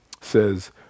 says